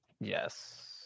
Yes